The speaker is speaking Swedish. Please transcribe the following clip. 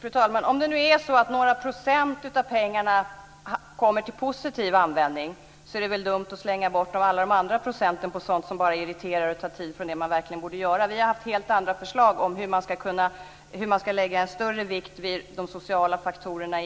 Fru talman! Om det nu är så att några procent av pengarna kommer till positiv användning är det väl dumt att slänga bort alla de andra procenten på sådant som bara irriterar och tar tid från det man verkligen borde göra. Vi har haft helt andra förslag om hur man ska lägga större vikt vid de sociala faktorerna